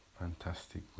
Fantastic